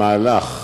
המהלך